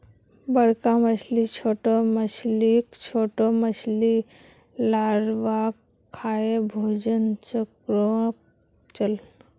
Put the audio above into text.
बड़का मछली छोटो मछलीक, छोटो मछली लार्वाक खाएं भोजन चक्रोक चलः